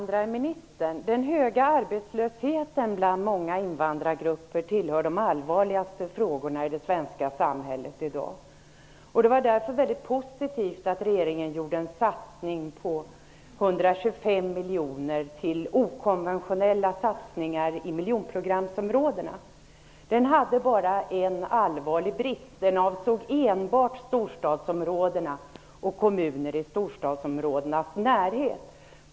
Den höga arbetslösheten bland många invandrargrupper tillhör de allvarligaste frågorna i det svenska samhället i dag. Det var därför väldigt positivt att regeringen anslog 125 miljoner till okonventionella satsningar i miljonprogramsområdena. Den hade bara en allvarlig brist, och det var att den enbart avsåg storstadsområdena och kommuner i storstadsområdenas närhet.